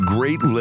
Great